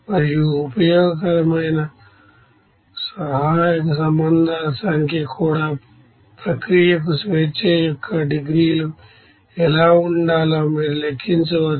మరియు ఉపయోగకరమైన auxiliary relations సంఖ్య కూడా ప్రక్రియకు డిగ్రీస్ అఫ్ ఫ్రీడమ్ ఎలా ఉండాలో మీరు లెక్కించవచ్చు